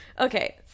Okay